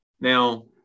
Now